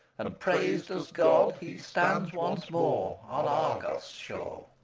and praised as god he stands once more on argos' shore!